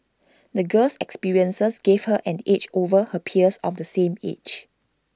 the gir's experiences gave her an edge over her peers of the same age